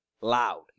loud